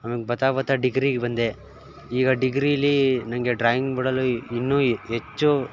ಬರ್ತಾ ಬರ್ತಾ ಡಿಗ್ರಿಗೆ ಬಂದೆ ಈಗ ಡಿಗ್ರೀಲಿ ನನಗೆ ಡ್ರಾಯಿಂಗ್ ಬಿಡಲು ಇನ್ನೂ ಹೆಚ್ಚು